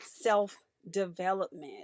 self-development